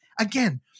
Again